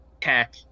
tech